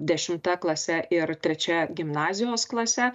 dešimta klase ir trečia gimnazijos klase